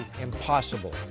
impossible